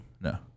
no